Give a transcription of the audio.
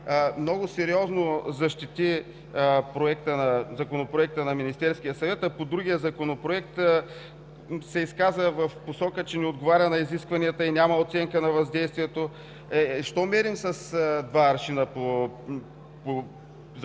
много сериозно защити Законопроекта на Министерския съвет, а по другия Законопроект се изказа в посока, че не отговаря на изискванията, няма оценка на въздействието. Защо мерим с два аршина по всички законопроекти,